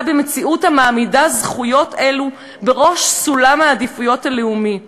במציאות המעמידה זכויות אלו בראש סולם העדיפויות הלאומי.